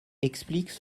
expliquent